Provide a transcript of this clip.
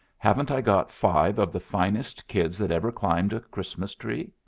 haven't i got five of the finest kids that ever climbed a christmas tree?